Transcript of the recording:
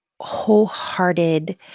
wholehearted